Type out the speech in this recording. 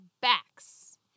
backs